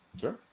Sure